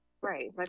Right